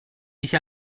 ich